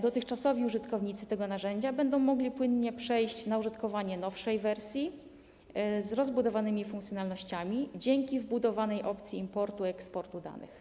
Dotychczasowi użytkownicy tego narzędzia będą mogli płynnie przejść na użytkowanie nowszej wersji z rozbudowanymi funkcjonalnościami dzięki wbudowanej opcji importu, eksportu danych.